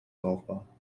brauchbar